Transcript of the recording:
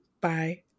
Bye